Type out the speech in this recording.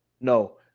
No